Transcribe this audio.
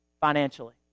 financially